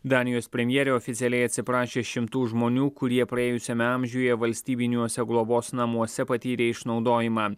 danijos premjerė oficialiai atsiprašė šimtų žmonių kurie praėjusiame amžiuje valstybiniuose globos namuose patyrė išnaudojimą